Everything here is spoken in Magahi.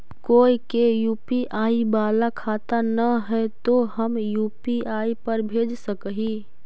कोय के यु.पी.आई बाला खाता न है तो हम यु.पी.आई पर भेज सक ही?